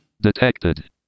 Detected